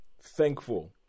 Thankful